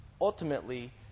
ultimately